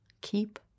Keep